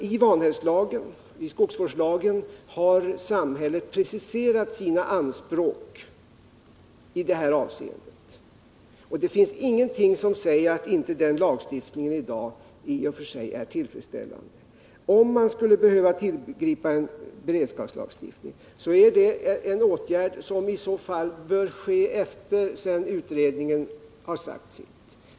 I vanhävdslagen, i skogsvårdslagen, har samhället preciserat sina anspråk i detta avseende, och det finns ingenting som säger att inte den lagstiftningen i dag i och för sig är tillfredsställande. Om man skulle behöva tillgripa en beredskapslagstiftning är det en åtgärd som bör vidtagas efter det att utredningen har sagt sitt.